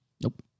Nope